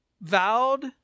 vowed